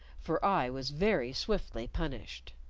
for i was very swiftly punished.